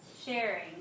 sharing